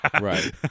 Right